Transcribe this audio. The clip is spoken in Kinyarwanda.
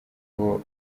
n’uwo